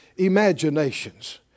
imaginations